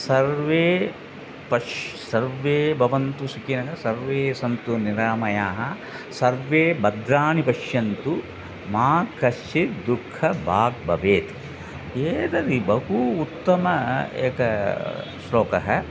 सर्वे पश्य् सर्वे भवन्तु सुखिनः सर्वे सन्तु निरामयाः सर्वे भद्राणि पश्यन्तु मा कश्चित् दुःख भाग्भवेत् एतद् बहु उत्तमः एकः श्लोकः